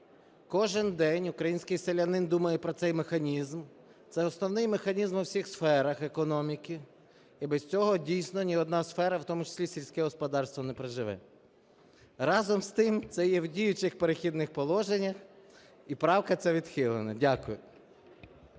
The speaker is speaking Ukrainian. Кожного дня український селянин думає про цей механізм, це основний механізм у всіх сферах економіки. І без цього, дійсно, ні одна сфера, в тому числі сільське господарство, не проживе. Разом з тим, це є в діючих "Перехідних положеннях". І правка ця відхилена. Дякую.